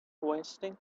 wasting